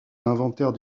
l’inventaire